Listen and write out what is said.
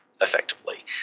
effectively